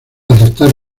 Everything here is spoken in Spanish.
aceptar